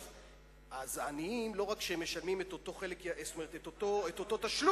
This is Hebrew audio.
אז העניים, לא רק שהם משלמים את אותו תשלום,